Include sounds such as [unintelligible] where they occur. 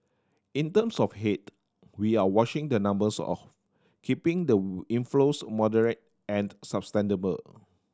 in terms of head we are watching the numbers of keeping the [unintelligible] inflows moderate and sustainable